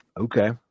Okay